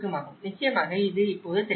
நிச்சயமாக இது இப்போது தெளிவாக இல்லை